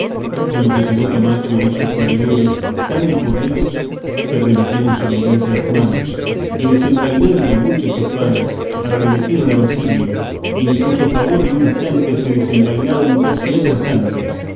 de lo que quedó camacho y sus valedores tan corridos que remitieron su venganza a las manos y desenvainando muchas espadas arremetieron a basilio en cuyo favor en un instante se desenvainaron casi otras tantas